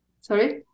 sorry